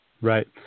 Right